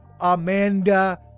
Amanda